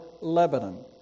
Lebanon